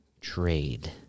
Trade